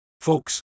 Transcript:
Folks